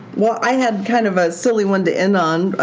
well i have kind of a silly one to end on.